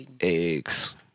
eggs